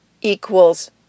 equals